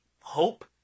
hope